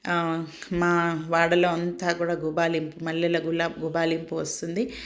మా వాడలో అంతా కూడా గుబాళింపు మల్లెల గులా గుబాళింపు వస్తుంది